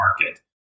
market